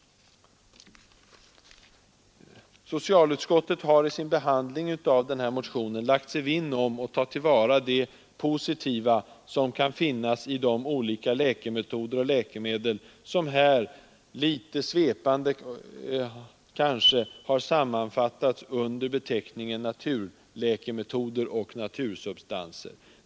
Socialutskottet har i sin behandling av denna motion lagt sig vinn om att tillvarata det positiva som kan finnas i de olika läkemetoder och läkemedel som här kanske litet svepande har sammanfattats under beteckningen naturläkemetoder och natursubstanser.